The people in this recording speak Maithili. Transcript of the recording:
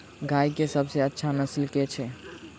गाय केँ सबसँ अच्छा नस्ल केँ छैय?